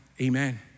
amen